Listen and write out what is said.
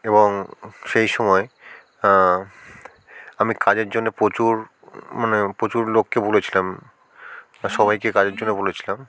এবং সেই সময় আমি কাজের জন্যে প্রচুর মানে প্রচুর লোককে বলেছিলাম আর সবাইকে কাজের জন্য বলেছিলাম